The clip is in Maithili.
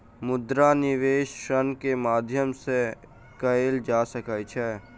मुद्रा निवेश ऋण के माध्यम से कएल जा सकै छै